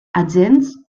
agents